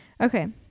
Okay